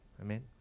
Amen